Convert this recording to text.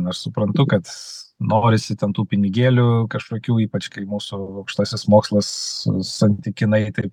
na aš suprantu kad norisi ten tų pinigėlių kažkokių ypač kai mūsų aukštasis mokslas santykinai taip